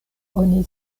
oni